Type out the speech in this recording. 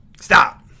Stop